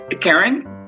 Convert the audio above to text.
Karen